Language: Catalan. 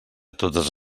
totes